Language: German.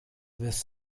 was